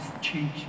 change